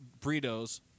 burritos